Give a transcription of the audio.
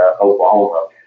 Oklahoma